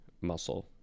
muscle